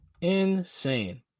insane